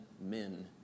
men